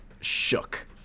shook